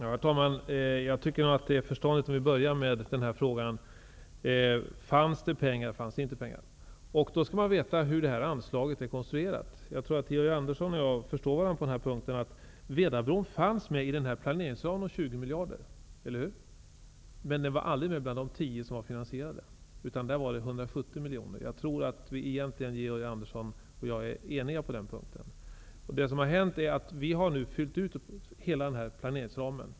Herr talman! Jag tycker det är klokt om vi börjar med frågan: Fanns det pengar eller inte? Då skall man veta hur detta anslag är konstruerat. Jag tror att Georg Andersson och jag förstår varandra på den här punkten. Vedabron fanns med i planeringsramen om 20 miljarder, men den fanns aldrig med bland de tio som var finansierade, utan där var det 170 miljoner. Jag tror att Georg Andersson och jag är eniga på den punkten. Det som har hänt är att vi nu har fyllt ut hela denna planeringsram.